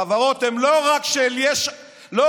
החברות הן לא רק של יש עתיד,